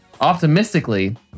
optimistically